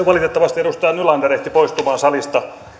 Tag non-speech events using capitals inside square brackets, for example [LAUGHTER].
[UNINTELLIGIBLE] valitettavasti edustaja nylander ehti poistumaan salista